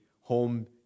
home